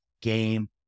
game